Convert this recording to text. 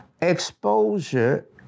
Exposure